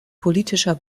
politischer